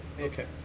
Okay